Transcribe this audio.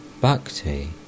Bhakti